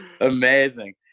Amazing